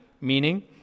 meaning